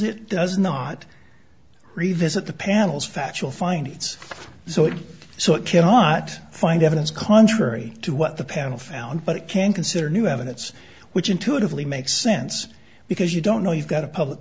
it does not revisit the panel's factual finding it's so so it cannot find evidence contrary to what the panel found but it can consider new evidence which intuitively makes sense because you don't know you've got a public